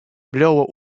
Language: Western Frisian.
bliuwe